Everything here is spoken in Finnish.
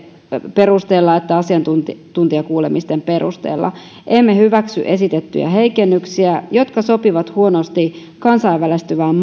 perusteella että asiantuntijakuulemisten perusteella emme hyväksy esitettyjä heikennyksiä jotka sopivat huonosti kansainvälistyvään